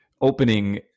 opening